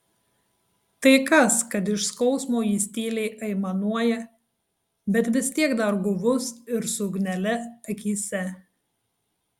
tai kas kad iš skausmo jis tyliai aimanuoja bet vis tiek dar guvus ir su ugnele akyse